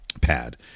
pad